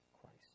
Christ